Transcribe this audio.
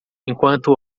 enquanto